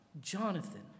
Jonathan